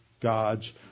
God's